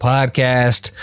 Podcast